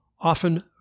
often